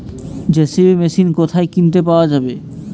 JCB machine কোথায় কিনতে পাওয়া যাবে?